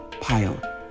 pile